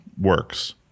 works